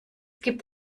gibt